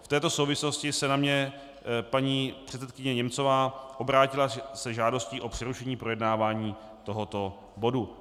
V této souvislosti se na mě paní předsedkyně Němcová obrátila se žádostí o přerušení projednávání tohoto bodu.